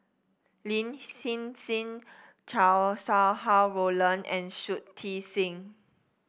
Lin Hsin Hsin Chow Sau Hai Roland and Shui Tit Sing